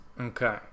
Okay